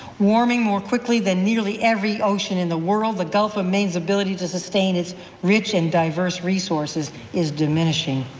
warming more quickly than nearly every ocean in the world, the gulf of maine's ability to sustain its rich and diverse resources is diminishing.